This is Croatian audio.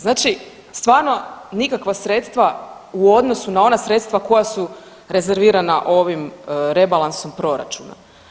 Znači stvarno nikakva sredstva u odnosu na ona sredstva koja su rezervirana ovim Rebalansom proračuna.